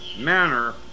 manner